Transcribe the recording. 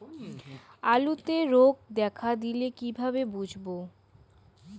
আলুতে রোগ দেখা দিলে কিভাবে বুঝবো?